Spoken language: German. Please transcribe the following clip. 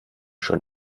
schon